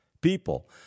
people